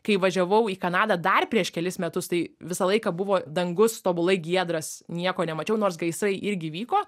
kai važiavau į kanadą dar prieš kelis metus tai visą laiką buvo dangus tobulai giedras nieko nemačiau nors gaisrai irgi vyko